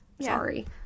Sorry